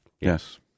Yes